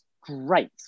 great